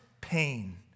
pain